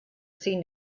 see